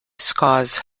scars